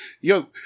yo